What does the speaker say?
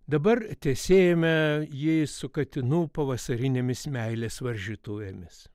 dabar tesėjome jį su katinų pavasarinėmis meilės varžytuvėmis